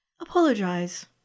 Apologize